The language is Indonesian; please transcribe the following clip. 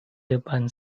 depan